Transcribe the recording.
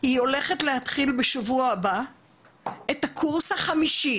היא הולכת להתחיל בשבוע הבא את הקורס החמישי